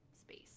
space